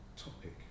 topic